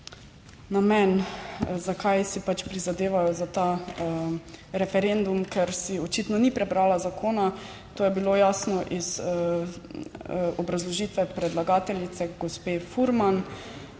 namen, zakaj si prizadevajo za ta referendum, ker si očitno ni prebrala zakona. To je bilo jasno iz obrazložitve predlagateljice, gospe Furman,